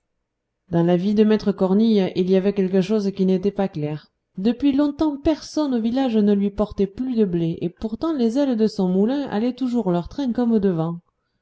dans la vie de maître cornille il y avait quelque chose qui n'était pas clair depuis longtemps personne au village ne lui portait plus de blé et pourtant les ailes de son moulin allaient toujours leur train comme devant